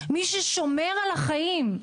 מי ששומר על החיים.